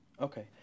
Okay